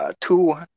two